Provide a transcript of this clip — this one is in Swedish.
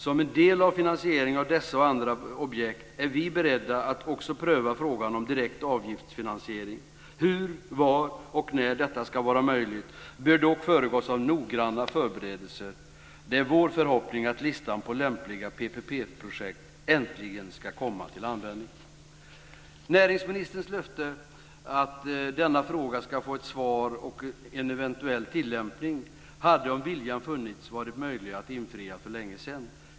Som en del av finansieringen av dessa och andra objekt är vi beredda att också pröva frågan om direkt avgiftsfinansiering. Frågan om hur, var och när detta ska vara möjligt bör dock föregås av noggranna förberedelser. Det är vår förhoppning att listan på lämpliga PPP-projekt äntligen ska komma till användning. Näringsministerns löfte att denna fråga ska få ett svar och en eventuell tillämpning hade om viljan funnits varit möjligt att infria för länge sedan.